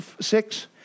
six